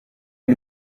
y’i